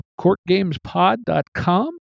courtgamespod.com